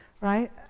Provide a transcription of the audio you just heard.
right